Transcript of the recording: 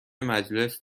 مجلس